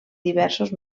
diversos